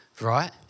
right